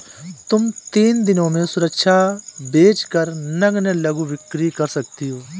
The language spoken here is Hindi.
तुम तीन दिनों में सुरक्षा बेच कर नग्न लघु बिक्री कर सकती हो